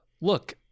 look